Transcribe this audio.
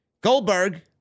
Goldberg